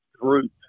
group